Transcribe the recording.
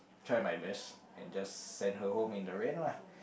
try my best and just send her home in the rain lah